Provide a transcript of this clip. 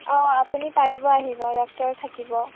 অঁ আপুনি পাৰিব আহিব ডক্তৰ থাকিব